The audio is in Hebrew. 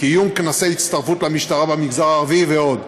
קיום כנסי הצטרפות למשטרה במגזר הערבי ועוד.